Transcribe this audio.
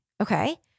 okay